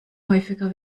häufiger